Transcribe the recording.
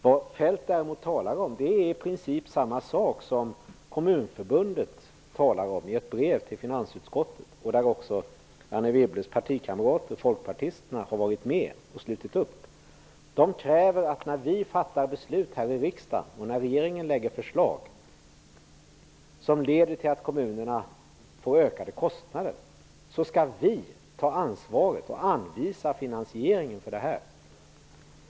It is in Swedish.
Vad Feldt däremot talar om är i princip samma sak som Kommunförbundet talar om i ett brev till finansutskottet, där också Anne Wibbles partikamrater, folkpartisterna, har varit med och ställt sig bakom. Kommunförbundet kräver att när vi här i riksdagen fattar beslut och när regeringen lägger fram förslag som leder till att kommunerna får ökade kostnader, då skall vi ta ansvaret och anvisa finansiering.